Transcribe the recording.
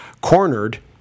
cornered